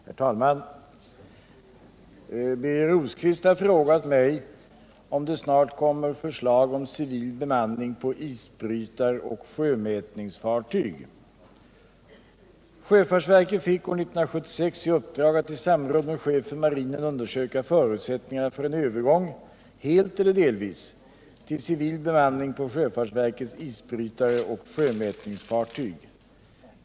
Herr talman! Birger Rosqvist har frågat mig om det snart kommer förslag om civil bemanning på isbrytaroch sjömätningsfartyg. Sjöfartsverket fick år 1976 i uppdrag att i samråd med chefen för marinen undersöka förutsättningarna för en övergång — helt eller delvis — till civil bemanning på sjöfartsverkets isbrytare och sjömätningsfartyg.